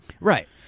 Right